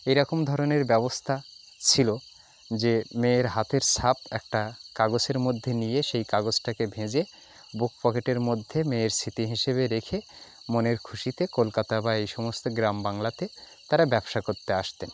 এই রকম ধরনের ব্যবস্থা ছিল যে মেয়ের হাতের ছাপ একটা কাগজের মধ্যে নিয়ে সেই কাগজটাকে ভেঁজে বুক পকেটের মধ্যে মেয়ের স্মৃতি হিসেবে রেখে মনের খুশিতে কলকাতা বা এই সমস্ত গ্রাম বাংলাতে তারা ব্যবসা করতে আসতেন